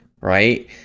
right